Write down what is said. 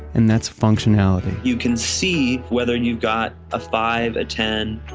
and that's functionality you can see whether you've got a five, a ten,